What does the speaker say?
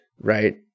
right